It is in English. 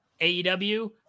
AEW